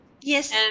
Yes